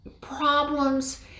problems